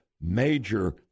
major